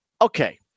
okay